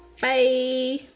bye